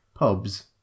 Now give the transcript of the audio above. Pubs